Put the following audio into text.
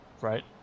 Right